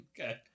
Okay